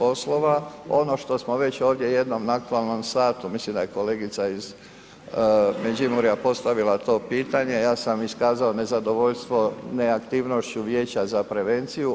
Ono što smo već ovdje jednom na aktualnom satu, mislim da je kolegica iz Međimurja postavila to pitanje, ja sam iskazao nezadovoljstvo neaktivnošću vijeća za prevenciju.